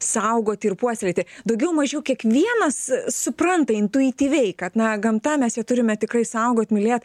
saugoti ir puoselėti daugiau mažiau kiekvienas supranta intuityviai kad na gamta mes ją turime tikrai saugot mylėt